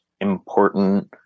important